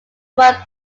work